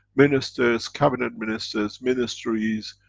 ministers, cabinet ministers, ministries,